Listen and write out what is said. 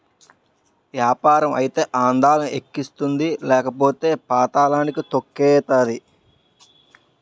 యాపారం అయితే అందలం ఎక్కిస్తుంది లేకపోతే పాతళానికి తొక్కేతాది